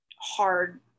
hard